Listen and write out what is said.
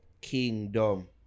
Kingdom